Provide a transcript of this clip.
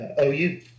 OU